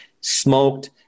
smoked